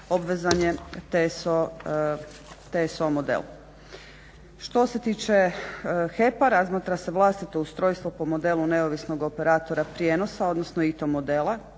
obvezan je TSO model. Što se tiče HEP-a razmatra se vlastito ustrojstvo po modelu neovisnog operatora prijenosa, odnosno ITO modela